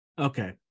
Okay